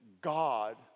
God